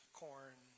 corn